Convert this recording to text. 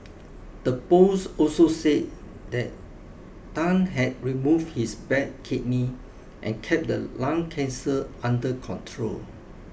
the post also said that Tan had removed his bad kidney and kept the lung cancer under control